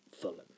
Fulham